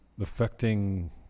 affecting